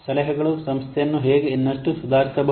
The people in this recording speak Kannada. ಸಲಹೆಗಳು ಸಂಸ್ಥೆಯನ್ನು ಹೇಗೆ ಇನ್ನಷ್ಟು ಸುಧಾರಿಸಬಹುದು